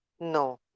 No